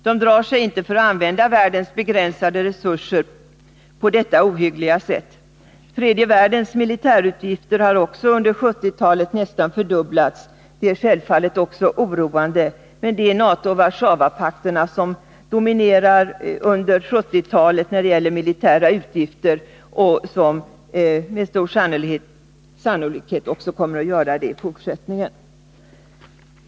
De drar sig inte för att använda världens begränsade resurser på detta ohyggliga sätt. Tredje världens militärutgifter har under 1970-talet nästan fördubblats, och det är självfallet också oroande, men det var NATO och Warszawapakten som dominerade under 1970-talet när det gällde militära utgifter och som med stor sannolikhet också kommer att göra det i fortsättningen.